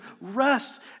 rest